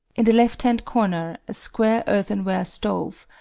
in the left hand corner, a square earthenware stove,